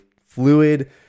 fluid